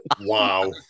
wow